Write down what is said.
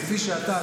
כפי שאתה,